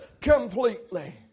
completely